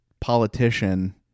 politician